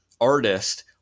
artist